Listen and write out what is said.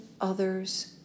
others